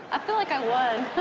i feel like i won.